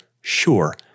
sure